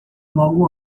logo